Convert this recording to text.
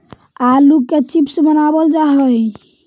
आलू के चिप्स बनावल जा हइ